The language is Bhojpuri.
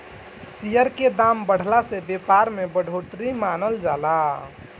शेयर के दाम के बढ़ला से व्यापार में बढ़ोतरी मानल जाला